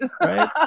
Right